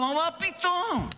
הוא אמר: מה פתאום?